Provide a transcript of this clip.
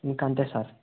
ఇంక అంతే సార్